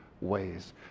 ways